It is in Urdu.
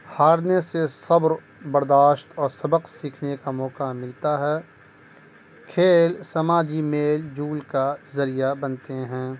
ہارنے سے صبر برداشت اور سبق سیکھنے کا موقع ملتا ہے کھیل سماجی میل جول کا ذریعہ بنتے ہیں